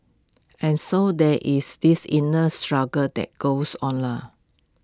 and so there is this inner struggle that goes on lor